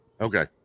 Okay